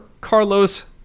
carlos